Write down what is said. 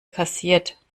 kassiert